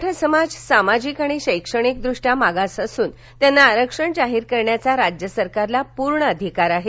मराठा समाज सामाजिक आणि शैक्षणिकदृष्ट्या मागास असून त्यांना आरक्षण जाहीर करण्याचा राज्य सरकारला पूर्ण अधिकार आहे